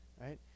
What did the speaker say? right